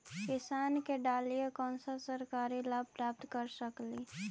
किसान के डालीय कोन सा सरकरी लाभ प्राप्त कर सकली?